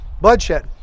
Bloodshed